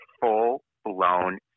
full-blown